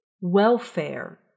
Welfare